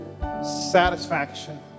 satisfaction